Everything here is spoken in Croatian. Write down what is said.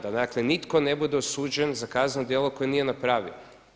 Dakle da nitko ne bude osuđen za kazneno djelo koje nije napravio.